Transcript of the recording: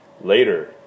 later